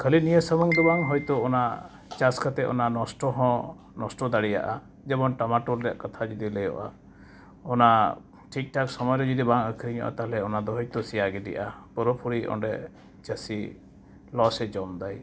ᱠᱷᱟᱹᱞᱤ ᱱᱤᱭᱟᱹ ᱥᱩᱢᱩᱝᱫᱚ ᱵᱟᱝ ᱚᱱᱟ ᱪᱟᱥ ᱠᱟᱛᱮ ᱚᱱᱟ ᱱᱚᱥᱴᱚ ᱦᱚᱸ ᱱᱚᱥᱴᱚ ᱫᱟᱲᱮᱭᱟᱜᱼᱟ ᱡᱮᱢᱚᱱ ᱴᱟᱢᱟᱴᱳᱞ ᱨᱮᱭᱟᱜ ᱠᱟᱛᱷᱟ ᱡᱚᱫᱤ ᱞᱟᱹᱭᱟᱹᱜᱼᱟ ᱚᱱᱟ ᱴᱷᱤᱠᱴᱷᱟᱠ ᱥᱚᱢᱚᱭᱨᱮ ᱵᱟᱝ ᱟᱹᱠᱷᱨᱤᱧᱚᱜᱼᱟ ᱛᱟᱞᱚᱦᱮ ᱚᱱᱟᱫᱚ ᱦᱚᱭᱛᱳ ᱥᱮᱭᱟ ᱜᱤᱰᱤᱜᱼᱟ ᱯᱩᱨᱟᱹᱯᱩᱨᱤ ᱚᱸᱰᱮ ᱪᱟᱹᱥᱤ ᱞᱚᱥᱮ ᱡᱚᱢᱮᱫᱟᱭ